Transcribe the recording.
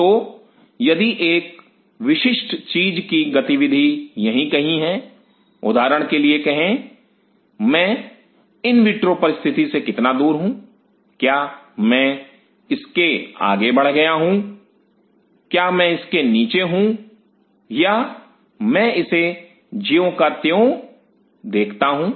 तो यदि एक विशिष्ट चीज की गतिविधि यहीं कहीं है उदाहरण के लिए कहे मैं इन विट्रो परिस्थिति से कितना दूर हूं क्या मैं इसके आगे बढ़ गया हूं क्या मैं इसके नीचे हूं या मैं इसे ज्यों का त्यों देखता हूं